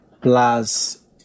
plus